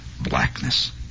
blackness